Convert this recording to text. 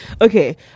Okay